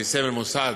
לפי סמל מוסד